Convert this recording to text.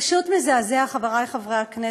פשוט מזעזע, חברי חברי הכנסת.